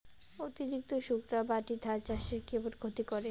অতিরিক্ত শুকনা মাটি ধান চাষের কেমন ক্ষতি করে?